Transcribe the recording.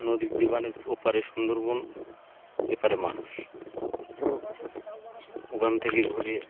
নদীর ওপারে সুন্দরবন এপারে মানুষ ওখান থেকে ঘুরে